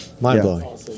Mind-blowing